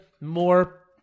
more